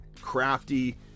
crafty